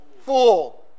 Fool